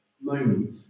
moment